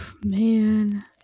Man